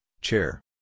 chair